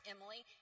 Emily